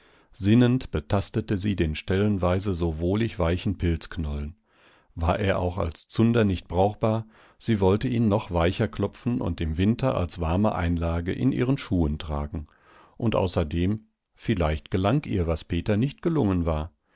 sinnend betastete sie den stellenweise so wohlig weichen pilzknollen war er auch als zunder nicht brauchbar sie wollte ihn noch weicher klopfen und im winter als warme einlage in ihren schuhen tragen und außerdem vielleicht gelang ihr was peter nicht gelungen war